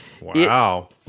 Wow